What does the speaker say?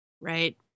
Right